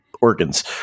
organs